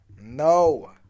No